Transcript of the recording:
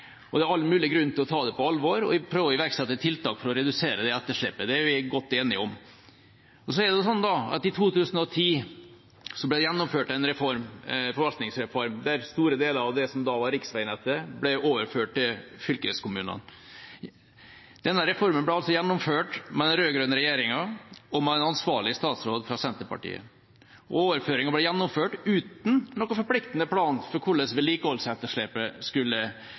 og det er all mulig grunn til å ta det på alvor og prøve å iverksette tiltak for å redusere det etterslepet. Det er vi godt enige om. Men i 2010 ble det gjennomført en forvaltningsreform der store deler av det som da var riksvegnettet, ble overført til fylkeskommunene. Denne reformen ble altså gjennomført med den rød-grønne regjeringa og med en ansvarlig statsråd fra Senterpartiet. Overføringen ble gjennomført uten noen forpliktende plan for hvordan vedlikeholdsetterslepet skulle